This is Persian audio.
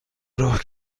راه